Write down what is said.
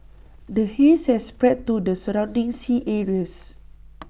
the haze has spread to the surrounding sea areas